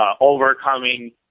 overcoming